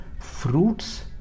fruits